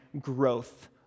growth